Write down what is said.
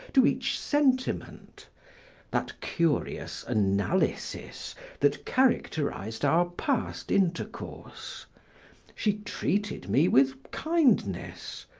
to each sentiment that curious analysis that characterized our past intercourse she treated me with kindness,